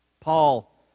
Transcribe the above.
Paul